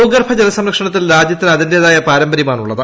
ഭൂഗർഭ ജലസംരക്ഷണത്തിൽ രാജ്യത്തിന് അത്മിന്റേതായ പാരമ്പര്യമാണുള്ളത്